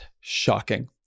shocking